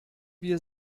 wir